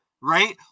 right